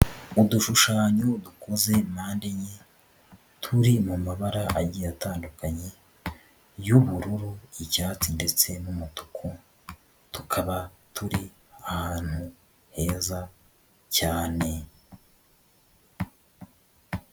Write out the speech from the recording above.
Udushushanyo dukoze mpande enye turi mu mabara agiye atandukanye y'ubururu, icyatsi ndetse n'umutuku tukaba turi ahantu heza cyane.